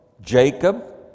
Jacob